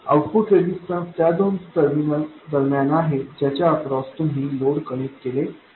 output resistance त्या दोन terminals दरम्यान आहे ज्या च्या एक्रॉस तुम्ही लोड कनेक्ट केले आहे